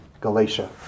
Galatia